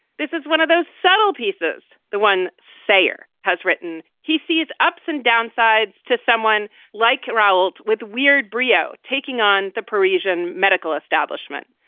this is one of those subtle pieces. the one sayer has written, he sees ups and downsides to someone like kuralt with weird brio taking on the parisian medical establishment.